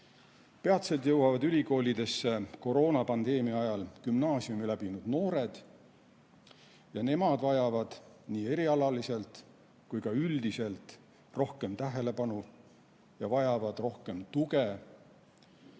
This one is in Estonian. Peatselt jõuavad ülikoolidesse koroonapandeemia ajal gümnaasiumi läbinud noored ja nemad vajavad nii erialaliselt kui ka üldiselt rohkem tähelepanu, rohkem tuge.